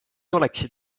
oleksid